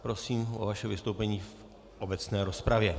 Prosím o vaše vystoupení v obecné rozpravě.